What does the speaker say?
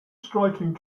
striking